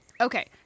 Okay